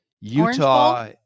Utah